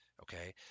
okay